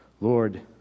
Lord